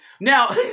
Now